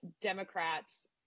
Democrats